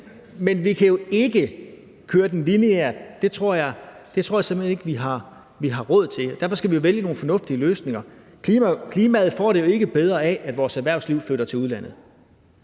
Men vi kan jo ikke køre ad den lineære. Det tror jeg simpelt hen ikke vi har råd til. Og derfor skal vi vælge nogle fornuftige løsninger. Klimaet får det ikke bedre af, at vores erhvervsliv flytter til udlandet.